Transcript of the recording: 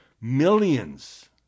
millions